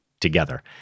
together